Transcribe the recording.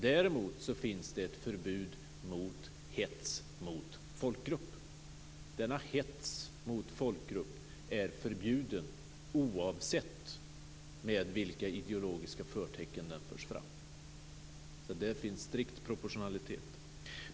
Däremot finns det ett förbud mot hets mot folkgrupp. Denna hets mot folkgrupp är förbjuden oavsett vilka ideologiska förtecken den förs fram med. Där finns strikt proportionalitet.